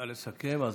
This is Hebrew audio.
נא לסכם.